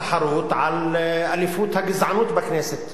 תחרות על אליפות הגזענות בכנסת,